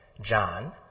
John